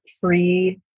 free